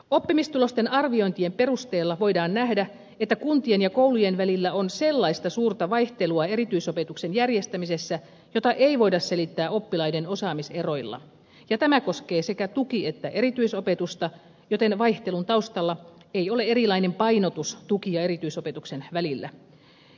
oppimistulosten arviointien perusteella voidaan nähdä että kuntien ja koulujen välillä on sellaista suurta vaihtelua erityisopetuksen järjestämisessä jota ei voida selittää oppilaiden osaamiseroilla ja tämä koskee sekä tuki että erityisopetusta joten vaihtelun taustalla ei ole erilainen painotus tuki ja erityisopetuksen välillä